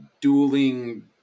dueling